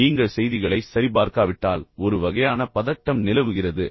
எனவே நீங்கள் செய்திகளைச் சரிபார்க்காவிட்டால் ஒரு வகையான பதட்டம் நிலவுகிறது